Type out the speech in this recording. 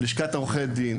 לשכת עורכי הדין,